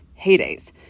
heydays